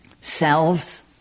selves